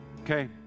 Okay